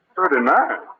Thirty-nine